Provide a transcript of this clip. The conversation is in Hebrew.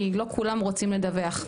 כי לא כולם רוצים לדווח.